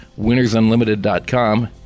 winnersunlimited.com